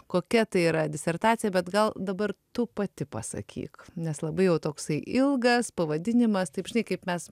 kokia tai yra disertacija bet gal dabar tu pati pasakyk nes labai jau toksai ilgas pavadinimas taip žinai kaip mes